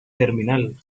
terminal